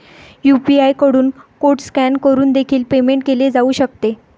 UPI कडून code scan करून देखील पेमेंट केले जाऊ शकते